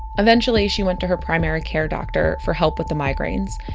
eventually, she went to her primary care doctor for help with the migraines,